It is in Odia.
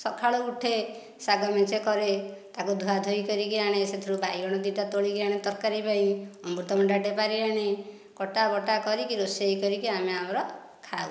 ସଖାଳୁ ଉଠେ ଶାଗ ମେଞ୍ଚାଏ କରେ ତାକୁ ଧୁଆଧୁଇ କରିକି ଆଣେ ସେଥିରୁ ବାଇଗଣ ଦିଟା ତୋଳିକି ଆଣେ ତରକାରି ପାଇଁ ଅମୃତଭଣ୍ଡାଟେ ପାରି ଆଣେ କଟା ବଟା କରିକି ରୋଷେଇ କରିକି ଆମେ ଆମର ଖାଉ